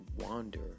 wander